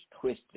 twisted